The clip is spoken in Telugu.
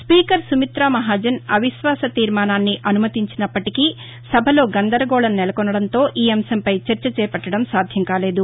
స్పీకర్ సుమితా మహాజన్ అవిశ్వాస తీర్మానాన్ని అనుమతించినప్పటికీ సభలో గందరగోళం నెలకొనడంతో ఈ అంశంపై చర్చ చేపట్టడం సాధ్యం కాలేదు